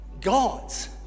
God's